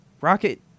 Rocket